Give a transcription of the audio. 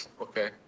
okay